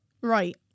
Right